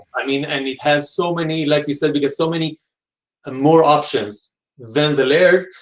i mean and it has so many, like you said, because so many ah more options then the layer,